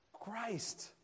Christ